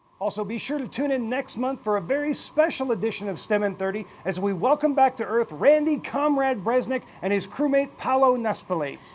also, be sure to tune in next month for a very special edition of stem in thirty as we welcome back to earth randy komrade bresnik and his crew mate paolo nespoli.